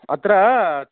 अत्र